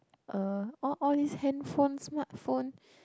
uh all all these handphones smartphone